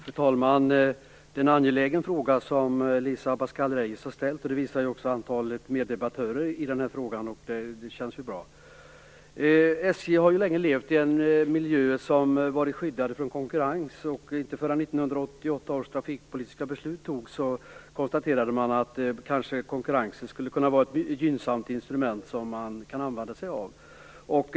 Fru talman! Det är en angelägen fråga som Elisa Abascal Reyes har ställt. Det visar också antalet meddebattörer i denna fråga. Det känns bra. SJ har länge levt i en miljö som har varit skyddad från konkurrens. Inte förrän 1988 års trafikpolitiska beslut fattades konstaterade man att konkurrens kanske skulle kunna vara ett gynnsamt instrument att använda sig av.